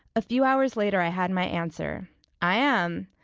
a few hours later i had my answer i am.